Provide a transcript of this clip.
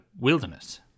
wilderness